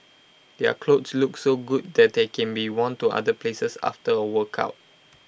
their clothes look so good that they can be worn to other places after A workout